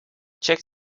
check